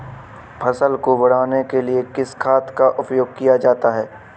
फसल को बढ़ाने के लिए किस खाद का प्रयोग किया जाता है?